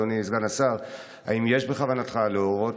אדוני סגן השר: האם יש בכוונתך להורות